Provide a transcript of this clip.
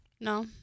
No